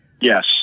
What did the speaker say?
Yes